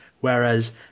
whereas